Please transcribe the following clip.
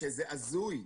שזה הזוי,